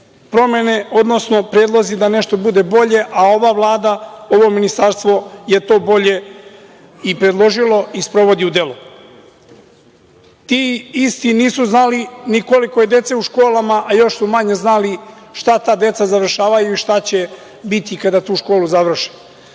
promene, odnosno predlozi da nešto bude bolje, a ova Vlada, ovo Ministarstvo je to bolje i predložilo i sprovodi u delo. Ti isti nisu znali ni koliko je dece u školama, a još su manje znali šta ta deca završavaju i šta će biti kada tu školu